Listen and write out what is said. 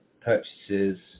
purchases